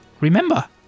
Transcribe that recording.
Remember